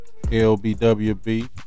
lbwb